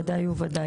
ודאי ובוודאי.